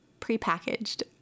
prepackaged